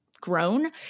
grown